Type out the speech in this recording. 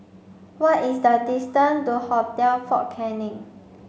what is the distance to Hotel Fort Canning